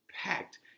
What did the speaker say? packed